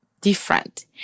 different